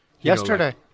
Yesterday